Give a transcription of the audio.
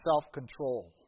self-control